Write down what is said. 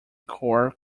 core